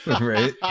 Right